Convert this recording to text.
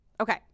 Okay